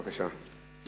בבקשה.